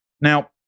Now